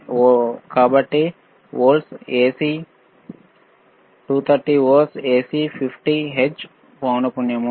230 volts AC 50 hertz పౌనపున్యాo